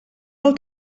del